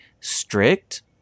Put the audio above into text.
strict